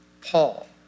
Paul